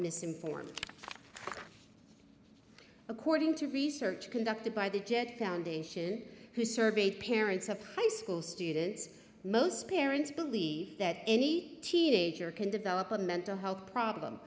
misinformed according to research conducted by the jet foundation who surveyed parents of high school students most parents believe that any teenager can develop a mental health problem